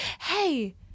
hey